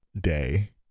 day